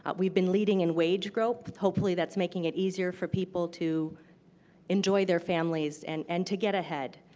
we've been leading in wage growth. hopefully that's making it easier for people to enjoy their families and and to get ahead.